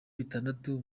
bitandatu